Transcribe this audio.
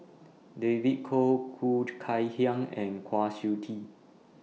David Kwo Khoo Kay Hian and Kwa Siew Tee